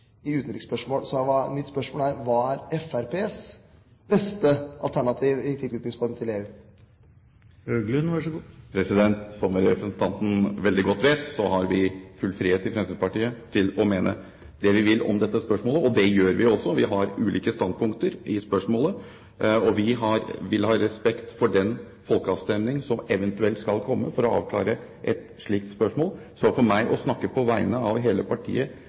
i denne sal i utenriksspørsmål. Så mitt spørsmål er: Hva er Fremskrittspartiets beste alternativ i tilknytningsform til EU? Som representanten veldig godt vet, har vi full frihet i Fremskrittspartiet til å mene det vi vil om dette spørsmålet, og det gjør vi også. Vi har ulike standpunkter i spørsmålet, og vi vil ha respekt for den folkeavstemning som eventuelt skal komme for å avklare et slikt spørsmål. Så for meg å snakke på vegne av hele partiet